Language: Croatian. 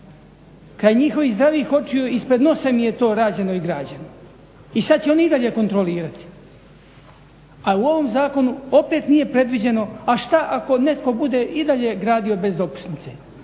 Kraj njihovih zdravih očiju ispred nosa im je to rađeno i građeno i sad će oni i dalje kontrolirati, a u ovom zakonu opet nije predviđeno a šta ako netko bude i dalje gradio bez dopusnice